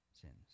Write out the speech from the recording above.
Sins